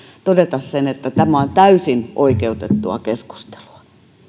todeta sen että tämä on täysin oikeutettua keskustelua